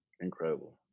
Incredible